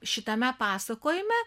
šitame pasakojime